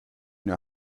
know